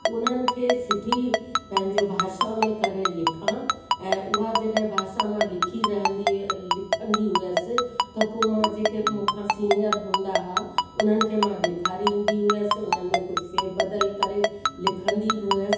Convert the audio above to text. उन्हनि खे सुठी पंहिंजो भाषा में करे लिखां ऐं उहा जॾहिं भाषा मां लिखी रहंदी हुय लिखंदी हुअसि त पोइ मां जेके मूंखां सीनियर हूंदा हुआ उन्हनि खे मां ॾेखारींदी हुअसि उन्हनि में कुझु फेरबदल करे लिखंदी बि हुअसि